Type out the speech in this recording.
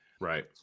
Right